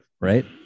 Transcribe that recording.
Right